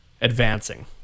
advancing